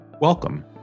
Welcome